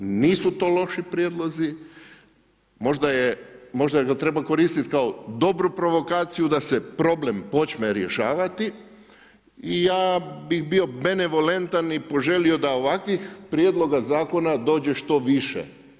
Nisu to loši prijedlozi, možda ga treba koristiti kao dobru provokaciju da se problem počne rješavati i ja bih benevolentan i poželio da ovakvih prijedloga zakona dođe što više.